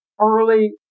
early